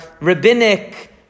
rabbinic